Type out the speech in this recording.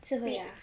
真牙